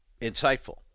insightful